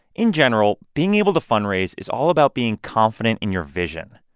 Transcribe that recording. in general, being able to fundraise is all about being confident in your vision.